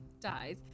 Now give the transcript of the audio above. dies